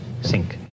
Sink